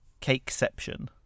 Cakeception